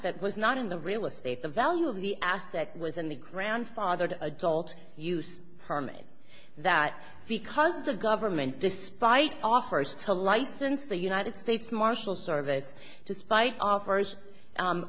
that was not in the real estate the value of the asset was in the grandfathered adult use permit that because the government despite offers to light since the united states marshal service to spite offers